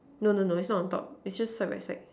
no no no is not on top is just the right side